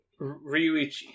Ryuichi